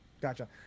Gotcha